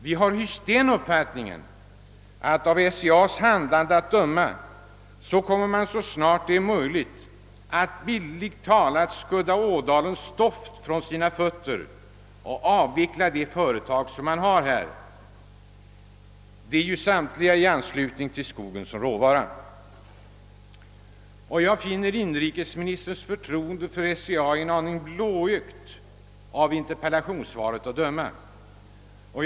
Vi har hyst den uppfattningen, att SCA — av dess handlande att döma — så snart det är möjligt bildligt talat kommer att skudda Ådalens stoft från sina fötter och avveckla de företag man där har; dessa bygger ju samtliga på skogen som råvara. Jag finner inrikesministerns förtroende — av interpellationssvaret att döma — för SCA en aning blåögt.